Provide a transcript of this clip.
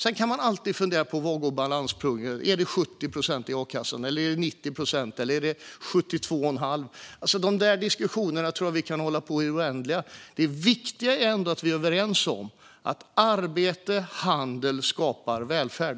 Sedan kan man alltid fundera på var balanspunkten i a-kassan ligger, om det är på 70, 90 eller 72,5 procent. De diskussionerna tror jag att vi kan hålla på med i det oändliga. Det viktigaste är ändå att vi överens om att arbete och handel skapar välfärd.